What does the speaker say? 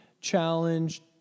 challenge